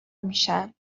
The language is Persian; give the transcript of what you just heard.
میشن